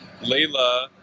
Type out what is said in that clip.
Layla